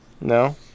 no